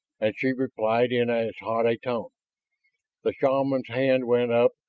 and she replied in as hot a tone. the shaman's hand went up,